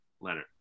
Leonard